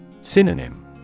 Synonym